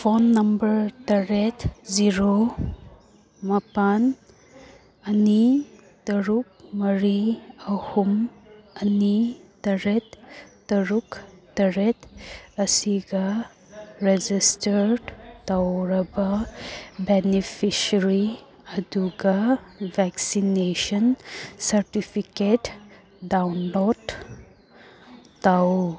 phone number ꯇꯔꯦꯠ zero ꯃꯥꯄꯟ ꯑꯅꯤ ꯇꯔꯨꯛ ꯃꯔꯤ ꯑꯍꯨꯝ ꯑꯅꯤ ꯇꯔꯦꯠ ꯇꯔꯨꯛ ꯇꯔꯦꯠ ꯑꯁꯤꯒ ꯔꯦꯖꯤꯁꯇꯔ ꯇꯧꯔꯕ ꯕꯤꯅꯤꯐꯤꯁꯔꯤ ꯑꯗꯨꯒ ꯚꯦꯛꯁꯤꯅꯦꯁꯟ ꯁꯥꯔꯇꯤꯐꯤꯀꯦꯠ ꯗꯥꯎꯟꯂꯣꯠ ꯇꯧ